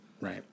Right